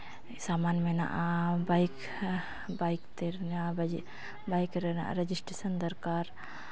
ᱥᱟᱢᱟᱱ ᱢᱮᱱᱟᱜᱼᱟ bike bike ᱛᱮ ᱵᱟᱭᱤᱠ ᱨᱮᱱᱟᱜ ᱨᱮᱡᱤᱥᱴᱨᱮᱥᱚᱱ ᱫᱚᱨᱠᱟᱨ